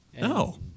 No